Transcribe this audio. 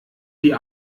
die